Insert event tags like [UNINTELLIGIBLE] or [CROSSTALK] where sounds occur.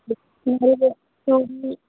[UNINTELLIGIBLE]